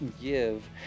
give